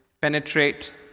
penetrate